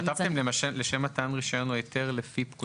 כתבתם: לשם מתן רישיון או היתר לפי פקודת התעבורה.